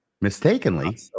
Mistakenly